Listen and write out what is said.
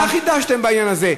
ומה חידשתם בעניין הזה?